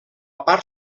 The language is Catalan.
part